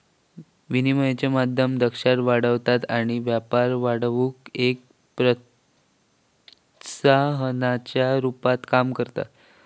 विनिमयाचे माध्यम दक्षता वाढवतत आणि व्यापार वाढवुक एक प्रोत्साहनाच्या रुपात काम करता